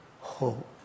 hope